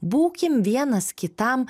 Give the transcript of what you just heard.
būkim vienas kitam